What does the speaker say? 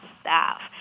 staff